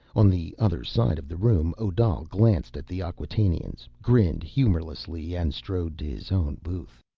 on the other side of the room, odal glanced at the acquatainians, grinned humorlessly, and strode to his own booth.